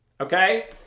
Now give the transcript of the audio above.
Okay